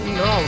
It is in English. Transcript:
no